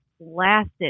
lasted